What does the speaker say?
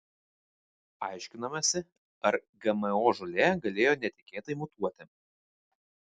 aiškinamasi ar gmo žolė galėjo netikėtai mutuoti